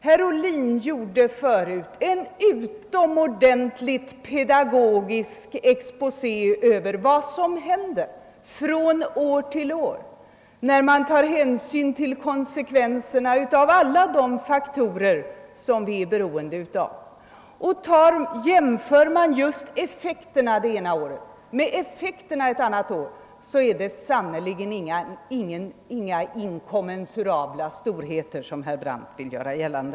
Herr Ohlin gjorde tidigare en utomordentlig pedagogisk exposé över vad som händer från år till år när man tar hänsyn till konsekvenserna av alla de faktorer vi är beroende av. Jämför man effekterna det ena året med effekterna ett annat år är det sannerligen inte fråga om några inkommen surabla storheter, som herr Brandt vill göra gällande.